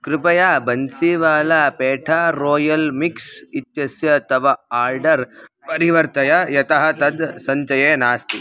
कृपया Bansiwala petha royal mix इत्यस्य तव आर्डर् परिवर्तय यतः तद् सञ्चये नास्ति